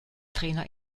trainer